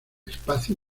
espacio